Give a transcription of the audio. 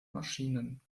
maschinen